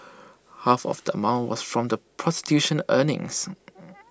half of that mount was from the prostitution earnings